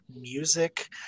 music